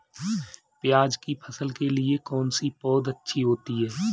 प्याज़ की फसल के लिए कौनसी पौद अच्छी होती है?